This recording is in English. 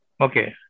Okay